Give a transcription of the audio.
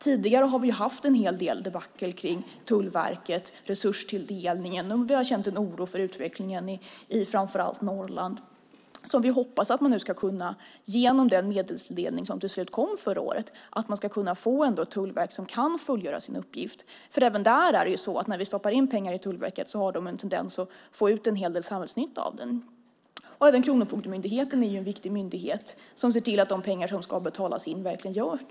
Tidigare har vi haft en hel del debacle kring Tullverket och resurstilldelningen. Vi har känt en oro för utvecklingen i framför allt Norrland. Vi hoppas att genom den medelstilldelning som till slut kom förra året man ska kunna få ett tullverk som kan fullgöra sin uppgift. När vi stoppar in pengar i Tullverket har man även där en tendens att få ut en hel del samhällsnytta av det. Även Kronofogdemyndigheten är en viktig myndighet som ser till att de pengar som ska betalas in verkligen kommer in.